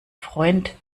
freund